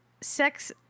sex